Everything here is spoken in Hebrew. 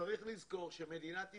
צריך לזכור שמדינת ישראל,